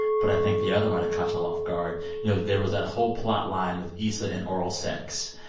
but i think the other might've caught y'all off guard you know, there was that whole plotline with issa and oral sex.